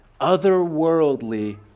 otherworldly